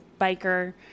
biker